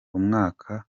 umwaka